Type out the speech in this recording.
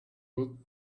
good